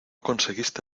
conseguiste